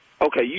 Okay